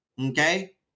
Okay